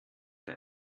der